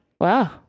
Wow